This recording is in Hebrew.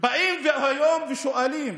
באים היום ושואלים